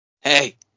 Hey